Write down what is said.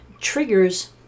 triggers